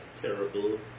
terrible